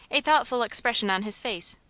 a thoughtful expression on his face.